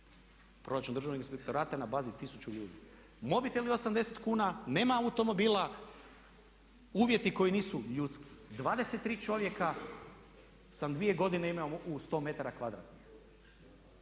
Proračun državnog inspektorata na bazi tisuću ljudi. Mobiteli 80 kuna, nema automobila, uvjeti koji nisu ljudski, 23 čovjeka sam dvije godine imao u 100 metara kvadratnih,